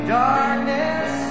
darkness